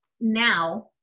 now